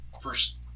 first